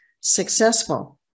successful